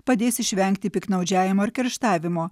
padės išvengti piktnaudžiavimo ar kerštavimo